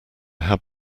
had